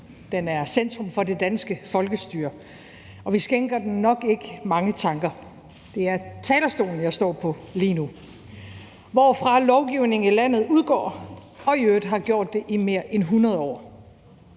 Den er centrum for det danske folkestyre, og vi skænker den nok ikke mange tanker. Det er talerstolen, jeg står på lige nu, hvorfra lovgivningen i landet udgår og i øvrigt har gjort det i mere end 100 år.